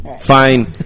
Fine